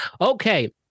Okay